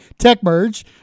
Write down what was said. TechMerge